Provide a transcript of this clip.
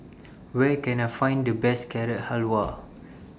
Where Can I Find The Best Carrot Halwa